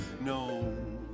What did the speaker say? no